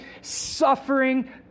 suffering